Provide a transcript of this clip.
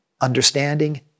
understanding